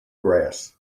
grass